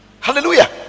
hallelujah